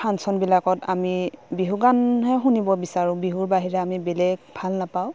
ফাংচনবিলাকত আমি বিহু গানহে শুনিব বিচাৰোঁ বিহুৰ বাহিৰে আমি বেলেগ ভাল নাপাওঁ